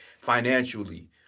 financially